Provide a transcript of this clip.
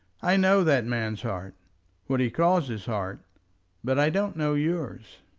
i know that man's heart what he calls his heart but i don't know yours.